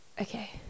Okay